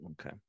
Okay